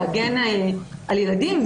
להגן על ילדים.